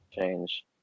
change